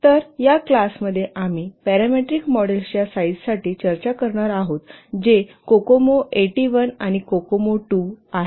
तर या क्लासमध्ये आम्ही पॅरामीट्रिक मॉडेल्सच्या साईजसाठी चर्चा करणार आहोत जे कोकोमो 81 आणि कोकोमो II आहेत